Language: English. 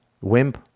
wimp